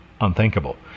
unthinkable